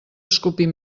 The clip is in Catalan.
escopir